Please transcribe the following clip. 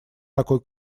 такой